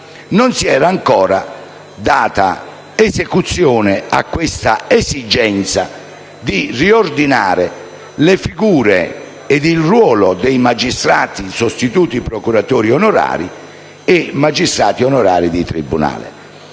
non si era ancora data esecuzione a questa esigenza di riordinare le figure e il ruolo dei magistrati sostituti procuratori onorari e dei magistrati onorari di tribunale.